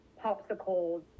popsicles